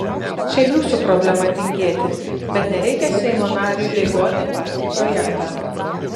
čia jūsų problema tingėti bet nereikia seimo nariui bėgioti paskui projektą